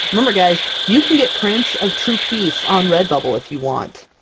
remember guys, you can get prints of true peace on redbubble if you want!